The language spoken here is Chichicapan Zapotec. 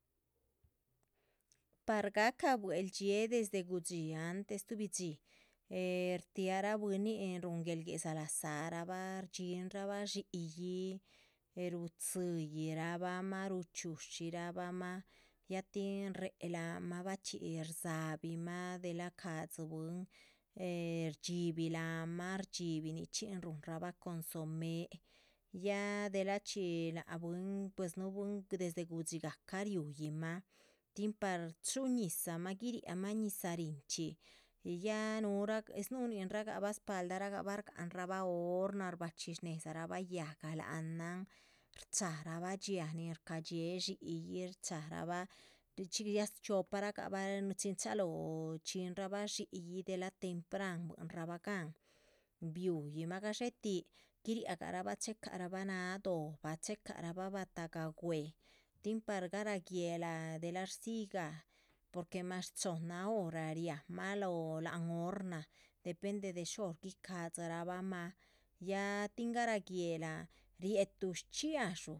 Par gahca buehldxiée desde gudxí antes, shtuhbi d´xi sh shtiara bwínin nin rúhun guel guedza lazárabah shdxinrabah dxi´yi, rutziyirabah mah. ruchxiushira bahmah ya tin réhe lahan mah ya bachxí rdzabi mah delah shcadzí bwín eh shdxibih láhan mah shdxíbih nichxíhn ruhunrabah consome, ya dela chxí lac bwín. pues bwín desde gudix gahca riúyimah tin par chúhu ñizah mah guiriamah ñizah rínchxi ya núhu snuninrah gahbah spaldah bah shganrabah orna, shbachxi shnedzarahbah yáhga. láhanan, shcharabah dhxiáa nin shcadxiée dxi´yi, shcharabah richxí rihi shchxipara gah bah chin chalóho shdxinrah bah dxi´yi, delah tempran, buihinra bah gan. bihuyimah gadxé tih guiria rah bah chehe carabah náhaa do´bah, chehecara bah batahgah gué, tin par garah guéhla, delah rdziyih gah porque mas chohnna hora. riamah lóho láhan horna, depende de shor guicadzi rabahmah ya tin garah guéhla rietuh shchxíadxu